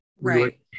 Right